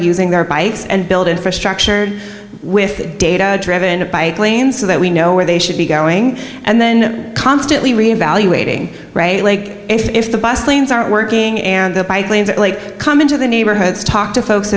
using their bikes and build infrastructure with data driven by plane so that we know where they should be going and then constantly reevaluating lake if the bus lanes aren't working and the bike lanes come into the neighborhoods talk to folks